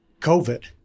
COVID